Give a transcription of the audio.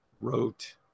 wrote